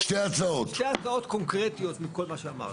שתי הצעות קונקרטיות מכל מה שאמרתי.